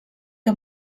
que